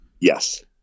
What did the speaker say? Yes